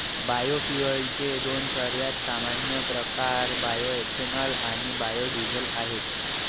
बायोफ्युएल्सचे दोन सर्वात सामान्य प्रकार बायोएथेनॉल आणि बायो डीझेल आहेत